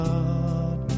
God